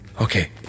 Okay